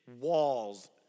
walls